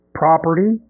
property